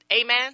Amen